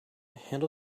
handle